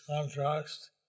contrast